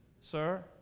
sir